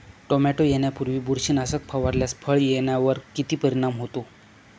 Tomato येण्यापूर्वी बुरशीनाशक फवारल्यास फळ येण्यावर किती परिणाम होतो?